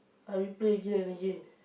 I replay again and again